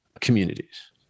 communities